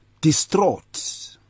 distraught